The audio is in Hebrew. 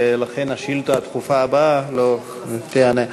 ולכן השאילתה הדחופה הבאה לא תיענה.